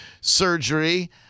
surgery